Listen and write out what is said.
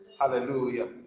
Hallelujah